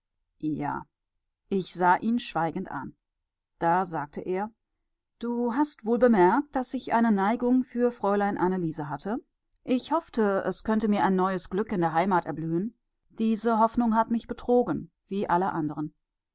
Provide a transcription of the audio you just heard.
ja ich sah ihn schweigend an da sagte er du hast wohl bemerkt daß ich eine neigung für fräulein anneliese hatte ich hoffte es könnte mir ein neues glück in der heimat erblühen diese hoffnung hat mich betrogen wie alle anderen